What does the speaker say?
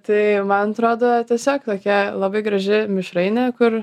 tai man atrodo tiesiog tokia labai graži mišrainė kur